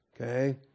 Okay